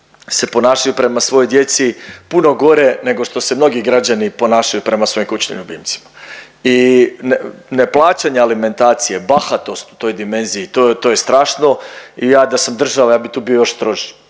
se ponašaju prema svojoj djeci puno gore nego što se mnogi građani ponašaju prema svojim kućnim ljubimcima. I neplaćanje alimentacije, bahatost u toj dimenziji to je strašno i ja da sam država ja bih tu bio još stroži.